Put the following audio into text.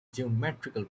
geometrical